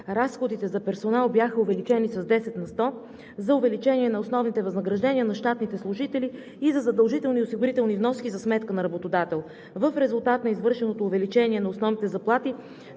разходите за персонал бяха увеличени с 10 на сто – за увеличение на основните възнаграждения на щатните служители и за задължителни осигурителни вноски за сметка на работодателя. В резултат на извършеното увеличение на основните заплати